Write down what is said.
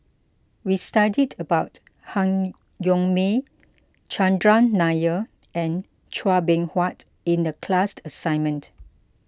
we studied about Han Yong May Chandran Nair and Chua Beng Huat in the class assignment